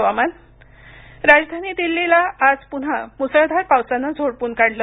हुवामान राजधानी दिल्लीला आज पुन्हा मुसळधार पावसानं झोडपून काढलं